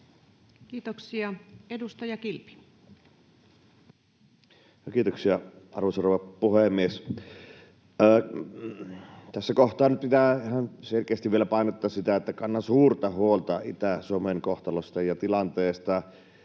Time: 16:07 Content: Kiitoksia, arvoisa rouva puhemies! Tässä kohtaa nyt pitää selkeästi vielä painottaa sitä, että kannan suurta huolta Itä-Suomen kohtalosta ja tilanteesta